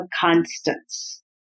constants